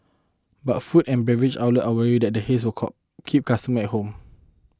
but food and beverage outlet are worried that the haze will call keep customer at home